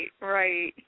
right